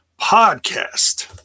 Podcast